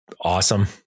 Awesome